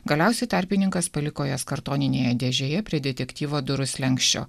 galiausia tarpininkas paliko juos kartoninėje dėžėje prie detektyvo durų slenksčio